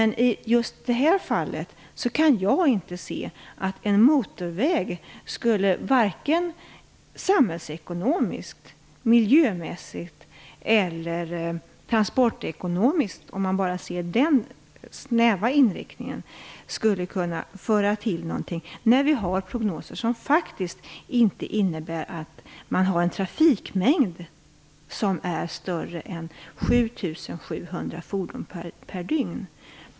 I just det här fallet kan jag inte se att en motorväg skulle, vare sig samhällsekonomiskt, miljömässigt eller transportekonomiskt, kunna tillföra något när prognoserna visar att det inte är större trafikmängder än 7 700 fordon per dygn.